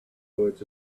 words